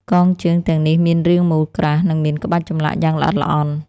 កងជើងទាំងនេះមានរាងមូលក្រាស់ និងមានក្បាច់ចម្លាក់យ៉ាងល្អិតល្អន់។